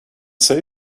say